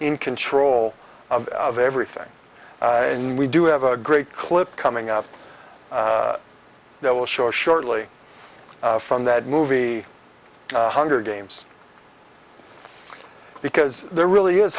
in control of everything and we do have a great clip coming out that will show shortly from that movie hunger games because there really is